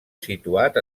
situat